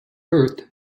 firth